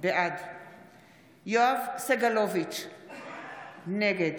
בעד יואב סגלוביץ' נגד